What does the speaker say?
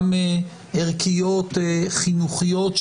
גם ערכיות-חינוכיות,